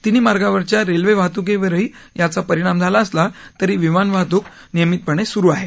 तिन्ही मार्गावरच्या रेल्वे वाहतूकीवरही परिणाम झाला असला तरी विमान वाहतूक नियमित सुरु आहे